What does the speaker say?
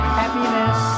happiness